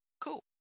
Cool